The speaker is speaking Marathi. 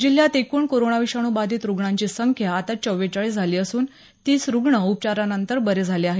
जिल्ह्यात एकुण कोरोनाविषाणू बाधीत रुग्णांची संख्या आता चव्वेचाळीस झाली असून तीस रुग्ण उपचारानंतर बरे झाले आहेत